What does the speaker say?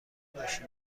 نباشی